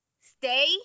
Stay